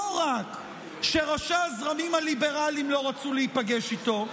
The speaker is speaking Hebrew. לא רק שראשי הזרמים הליברליים לא רצו להיפגש איתו,